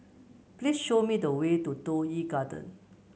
please show me the way to Toh Yi Garden